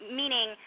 meaning